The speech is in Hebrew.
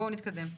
בואו נתקדם.